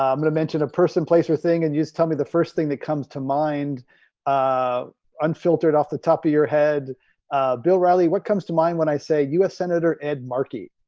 ah, i'm gonna mention a person placer thing and you just tell me the first thing that comes to mind ah unfiltered off the top of your head, ah bill riley what comes to mind when i say u s. senator ed markey